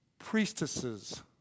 priestesses